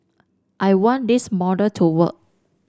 I want this model to work